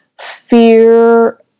fear